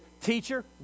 Teacher